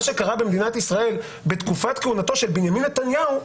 שקרה במדינת ישראל בתקופת כהונתו של בנימין נתניהו,